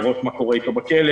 לראות מה קורה איתו בכלא.